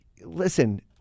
listen